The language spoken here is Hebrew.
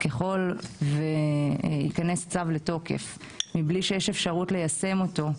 ככל שייכנס צו לתוקף מבלי שיש אפשרות ליישם אותו,